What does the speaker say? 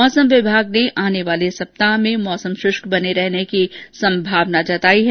मौसम विभाग ने आने वाले सप्ताह में मौसम शुष्क बने रहने की संभावना जताई है